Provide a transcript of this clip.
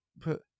put